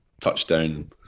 touchdown